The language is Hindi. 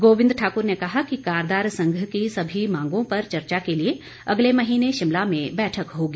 गोविंद ठाक्र ने कहा कि कारदार संघ की सभी मांगों पर चर्चा के लिए अगले महीने शिमला में बैठक होगी